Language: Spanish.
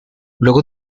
luego